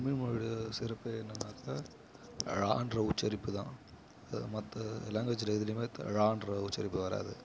தமிழ்மொழி சிறப்பு என்னென்னாக்கா ழ என்ற உச்சரிப்புதான் இது மற்ற லாங்குவேஜில் எதுலையுமே ழ என்ற உச்சரிப்பு வராது